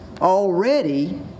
already